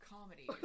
Comedy